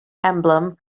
emblem